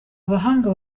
bahanga